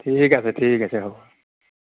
ঠিক আছে ঠিক আছে হ'ব